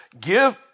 Give